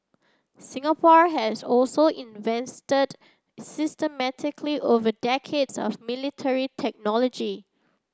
Singapore has also invested systematically over decades of military technology